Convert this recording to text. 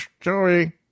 Joey